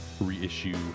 reissue